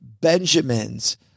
Benjamins